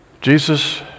Jesus